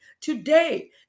today